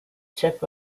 tip